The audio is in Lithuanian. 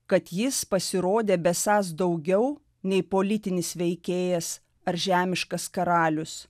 kad jis pasirodė besąs daugiau nei politinis veikėjas ar žemiškas karalius